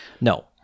No